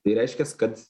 tai reiškias kad